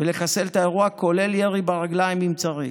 ולחסל את האירוע, כולל ירי ברגליים אם צריך.